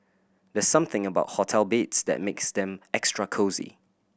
there's something about hotel beds that makes them extra cosy